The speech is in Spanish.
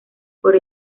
por